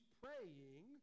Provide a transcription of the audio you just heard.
praying